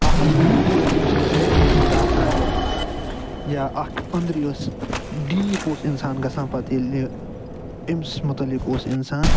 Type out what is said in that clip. اکھ بیوٗٹی ٲسۍ أمۍ سٕندِس لیٚکھنَس مَنٛز آسان یا اکھ أنٛدری اوس ڈیٖپ اوس اِنسان گَژھان پَتہٕ ییٚلہِ أمس مُتعلِق اوس اِنسان